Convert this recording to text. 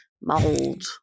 mold